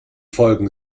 folgen